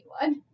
one